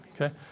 Okay